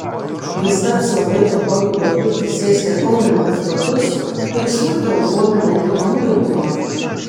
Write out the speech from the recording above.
jis taps labai patogiu baldu prisėsti aunantis batus ir smulkia užuomina į namų jaukumą